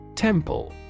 Temple